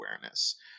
awareness